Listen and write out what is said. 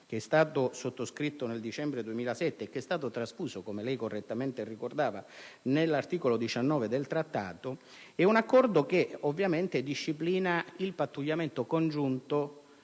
che è stato sottoscritto nel dicembre 2007 e che è stato trasfuso - come lei correttamente ha ricordato - nell'articolo 19 del Trattato, disciplina il pattugliamento congiunto